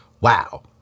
Wow